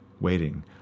waiting